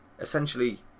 essentially